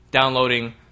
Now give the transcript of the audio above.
downloading